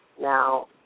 Now